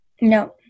No